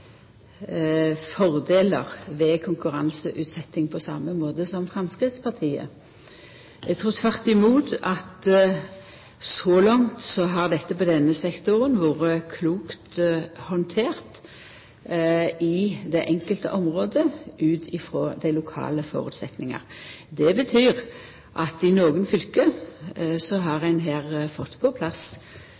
fordelar ved konkurranseutsetjing på same måten som Framstegspartiet. Eg trur tvert imot at så langt har det i denne sektoren vore klokt handtert på det enkelte området, ut frå dei lokale føresetnadene. Det betyr at i nokre fylke har ein her fått på plass